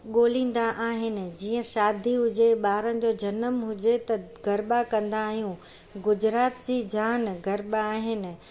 ॻोल्हींदा आहिनि जीअं शादी हुजे ॿारनि जो जनमु हुजे त गरबा कंदा आहियूं गुजरात जी जान गरबा आहिनि